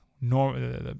normal